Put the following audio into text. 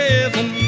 Heaven